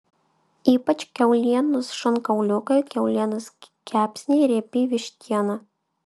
ypač kiaulienos šonkauliukai kiaulienos kepsniai riebi vištiena